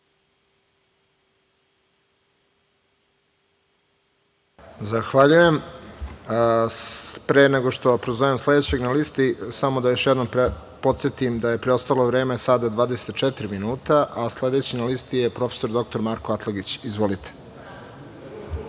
Zahvaljujem. Pre nego što prozovem sledećeg na listi, samo da još jednom podsetim da je preostalo vreme 24 minuta. Sledeći na listi je prof. dr Marko Atlagić. Izvolite.